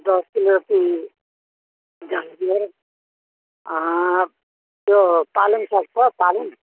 दस किलो चाहिँ गाजर त्यो पालङ साग छ पालङ